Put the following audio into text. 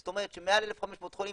זאת אומרת שמעל 1,500 חולים